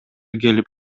келип